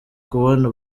kubona